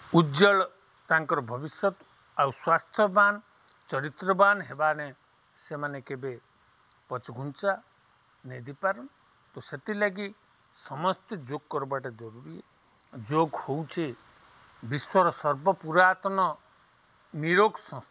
ଉଜ୍ଜଳ ତାଙ୍କର୍ ଭବିଷ୍ୟତ୍ ଆଉ ସ୍ୱାସ୍ଥ୍ୟବାନ୍ ଚରିତ୍ରବାନ୍ ହେବାନ ସେମାନେ କେବେ ପଛଘୁଞ୍ଚା ନେଇଦିପାରନ୍ ତ ସେଥିର୍ଲାଗି ସମସ୍ତେ ଯୋଗ୍ କର୍ବାଟା ଜରୁରୀ ଯୋଗ୍ ହଉଚେ ବିଶ୍ୱର ସର୍ବପୁରାତନ ନିରୋଗ୍ ସଂସ୍ଥା